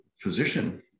physician